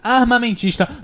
armamentista